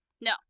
No